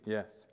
Yes